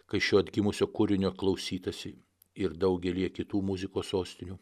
kai šio atgimusio kūrinio klausytasi ir daugelyje kitų muzikos sostinių